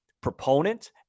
proponent